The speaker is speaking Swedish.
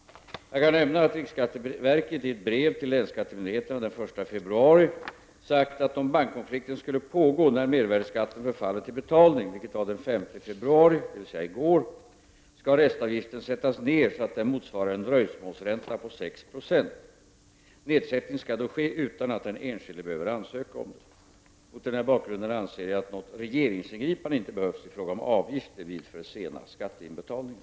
Jag kan nämna att riksskatteverket i ett brev till länsskattemyndigheterna den 1 februari sagt att om bankkonflikten skulle pågå när mervärdeskatten förfaller till betalning — vilket var den 5 februari, dvs. i går — skall restavgiften sättas ned så att den motsvarar en dröjsmålsränta på 6 26. Nedsättning skall då ske utan att den enskilde behöver ansöka om det. Mot den här bakgrunden anser jag att något regeringsingripande inte behövs i frågan om avgifter vid för sena skatteinbetalningar.